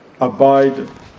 abide